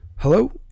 hello